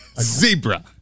Zebra